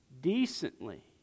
decently